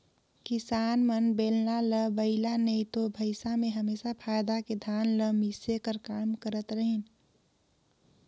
किसान मन बेलना ल बइला नी तो भइसा मे हमेसा फाएद के धान ल मिसे कर काम करत रहिन